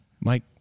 Mike